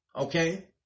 Okay